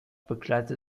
begleitet